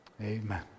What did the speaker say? Amen